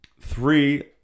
Three